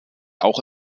auch